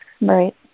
Right